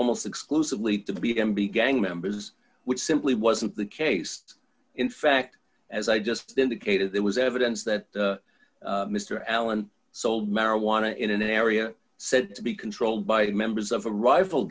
almost exclusively to be m b gang members which simply wasn't the case in fact as i just indicated there was evidence that mr allen sold marijuana in an area said to be controlled by members of a rifle